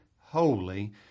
holy